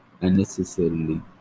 unnecessarily